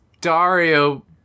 Dario